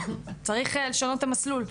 צריך לשנות את המסלול.